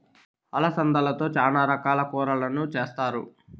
అలసందలతో చానా రకాల కూరలను చేస్తారు